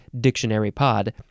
DictionaryPod